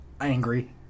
angry